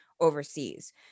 overseas